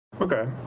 Okay